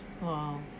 wow